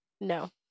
no